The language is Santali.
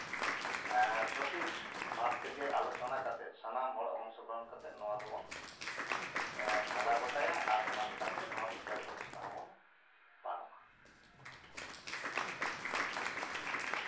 ᱥᱚᱴᱷᱤᱠ ᱵᱷᱟᱵ ᱛᱮᱜᱮ ᱟᱞᱳᱪᱚᱱᱟ ᱠᱟᱛᱮ ᱥᱟᱱᱟᱢ ᱦᱚᱲ ᱟᱝᱥᱚᱜᱨᱚᱦᱚᱱ ᱠᱟᱛᱮ ᱱᱚᱣᱟ ᱫᱚᱵᱚᱱ ᱥᱟᱞᱟ ᱜᱚᱭᱟ ᱟᱨ ᱚᱱᱟ ᱞᱮᱠᱟᱛᱮ ᱱᱚᱣᱟ ᱵᱤᱪᱟᱨ ᱵᱮᱵᱚᱥᱛᱟ ᱦᱚᱸᱵᱚᱱ ᱯᱟᱨᱚᱢᱟ